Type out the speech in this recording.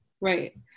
right